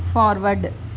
forward